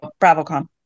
BravoCon